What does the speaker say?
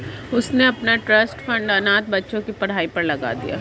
उसने अपना trust fund अनाथ बच्चों की पढ़ाई पर लगा दिया